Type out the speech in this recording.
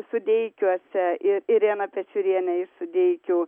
sudeikiuose ir ireną pečiurienę iš sudeikių